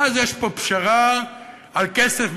ואז יש פה פשרה על כסף,